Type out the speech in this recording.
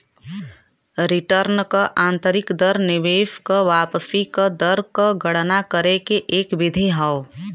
return क आंतरिक दर निवेश क वापसी क दर क गणना करे के एक विधि हौ